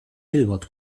hilbert